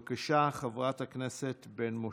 בבקשה, חברת הכנסת בן משה.